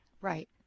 right